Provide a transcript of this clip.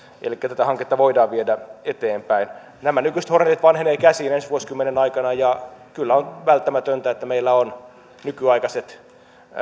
elikkä tätä hanketta voidaan viedä eteenpäin nämä nykyiset hornetit vanhenevat käsiin ensi vuosikymmenen aikana ja kyllä on välttämätöntä että meillä on nykyaikaiset